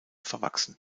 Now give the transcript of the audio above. verwachsen